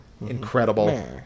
Incredible